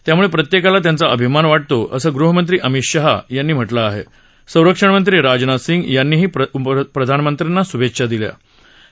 त्यामुळ प्रत्यक्काला त्यांचा अभिमान वाटतो असं गृहमंत्री अमित शहा यांनी म्हटलं आह संरक्षणमंत्री राजनाथ सिंग यांनीही प्रधानमंत्र्यांनी शुभछछा दिल्या आहव्व